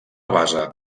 base